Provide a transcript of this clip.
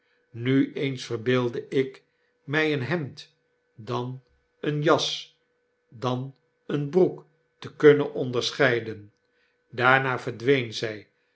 nu eens verbeeldde ik mij een hemd dan eene jas dan eene broek te kunnen onderscheiden daarna verdween zij